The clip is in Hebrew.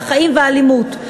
החיים והמאבק באלימות.